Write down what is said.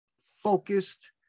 focused